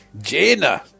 Jaina